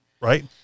right